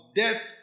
death